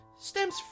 Stems